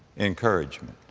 encouragement.